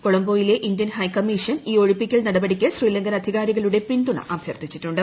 കൊളംബൊയിലെ Indian high commission ഈ ഒഴിപ്പിക്കൽ നടപടിക്ക് ശ്രീലങ്കൻ അധികാരികളുടെ പിന്തുണ ആട്ട്യർത്ഥിച്ചിട്ടുണ്ട്